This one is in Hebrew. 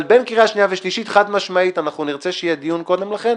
אבל לקראת הקריאה השנייה והשלישית חד-משמעית נרצה שיהיה דיון קודם לכן,